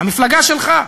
המפלגה שלך.